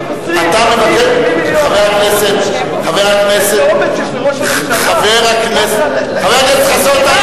האומץ שיש לראש הממשלה, חבר הכנסת חסון,